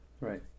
Right